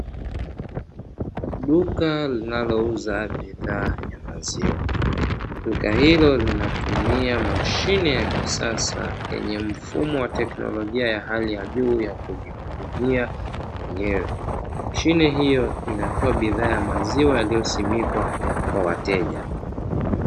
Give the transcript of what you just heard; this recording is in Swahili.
Duka linalouza bidhaa za maziwa, duka hilo linatumia mashine ya kisasa yenye mfumo wa teknolojia ya hali ya juu ya kujihudumia mwenyewe. Mashine hiyo inatoa bidhaa ya maziwa yaliyosimikwa kwa wateja.